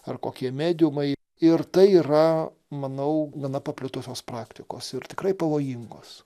ar kokie mediumai ir tai yra manau gana paplitusios praktikos ir tikrai pavojingos